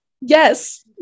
Yes